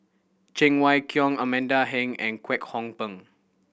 Cheng Wai Keung Amanda Heng and Kwek Hong Png